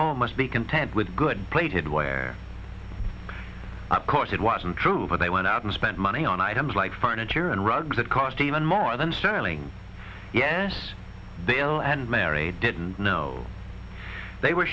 home must be content with good plated where of course it wasn't true but they went out and spent money on items like furniture and rugs that cost even more than sterling yes the l and mary didn't know they were